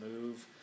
move